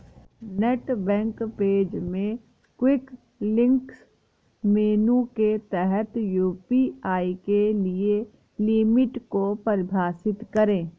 net bank page में quick links menu के तहत यू.पी.आई के लिए लिमिट को परिभाषित करें